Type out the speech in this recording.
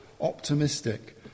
optimistic